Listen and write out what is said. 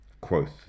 Quoth